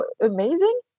amazing